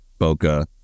bokeh